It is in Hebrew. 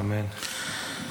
אמן.